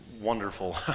wonderful